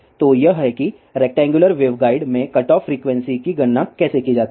तो यह है कि रेक्टेंगुलर वेवगाइड में कटऑफ फ्रीक्वेंसी की गणना कैसे की जाती है